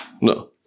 No